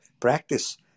practice